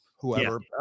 whoever